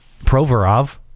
Provorov